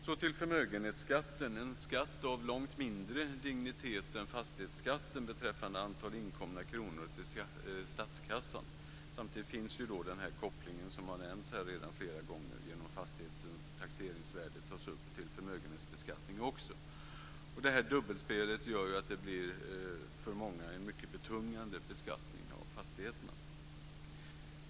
Så till förmögenhetsskatten, en skatt av långt mindre dignitet än fastighetsskatten beträffande antalet inkomna kronor till statskassan. Samtidigt finns en koppling, som redan har nämnts här flera gånger, genom att fastighetens taxeringsvärde också tas upp till förmögenhetsbeskattning. Det här dubbelspelet gör att det för många blir en mycket betungande beskattning av fastigheterna.